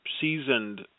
seasoned